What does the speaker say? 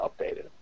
updated